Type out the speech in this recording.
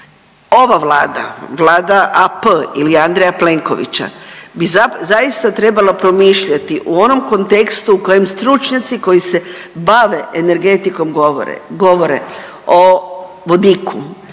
ova Vlada, Vlada AP ili Andreja Plenkovića bi zaista trebala promišljati u onom kontekstu u kojem stručnjaci koji se bave energetikom govore, govore